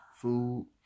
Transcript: food